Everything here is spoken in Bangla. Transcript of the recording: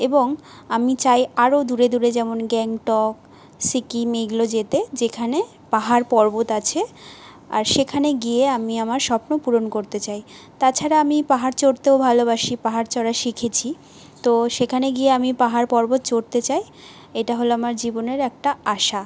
এবং আমি চাই আরো দূরে দূরে যেমন গ্যাংটক সিকিম এইগুলো যেতে যেখানে পাহাড় পর্বত আছে আর সেখানে গিয়ে আমি আমার স্বপ্ন পূরণ করতে চাই তাছাড়া আমি পাহাড় চড়তেও ভালোবাসি পাহাড় চড়া শিখেছি তো সেখানে গিয়ে আমি পাহাড় পর্বত চড়তে চাই এটা হলো আমার জীবনের একটা আশা